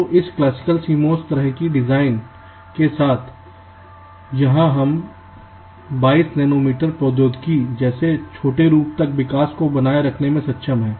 तो इस Classical CMOS तरह के डिजाइन के साथ यहां हम 22 नैनोमीटर प्रौद्योगिकी जैसे छोटे रूप तक विकास को बनाए रखने में सक्षम हैं